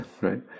right